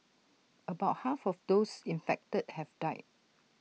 about half of those infected have died